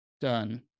done